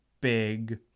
big